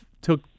took